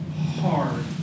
hard